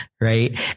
right